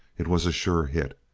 it was a sure hit.